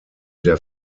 der